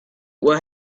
what